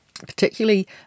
Particularly